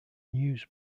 news